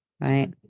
Right